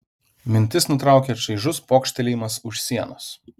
mintis nutraukė čaižus pokštelėjimas už sienos